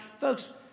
Folks